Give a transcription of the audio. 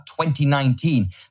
2019